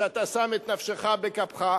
שאתה שם את נפשך בכפך?